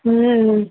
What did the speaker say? হুম